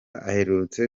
aherutse